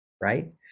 right